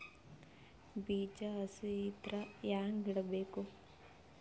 ಬೀಜ ಹಸಿ ಇದ್ರ ಹ್ಯಾಂಗ್ ಇಡಬೇಕು?